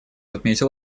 отметил